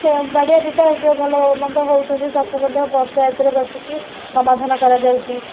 କିଏ ବାଡ଼ିଆ ପିଟା କିଏ ଭଲ ମନ୍ଦ ହେଉଛନ୍ତି ସାକୁ ମଧ୍ୟ ପଞ୍ଚାୟତରେ ବସିକି ସମାଧାନ କରାଯାଉଛି